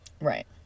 Right